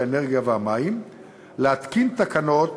האנרגיה והמים להתקין תקנות